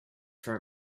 for